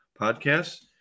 podcasts